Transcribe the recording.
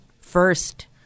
first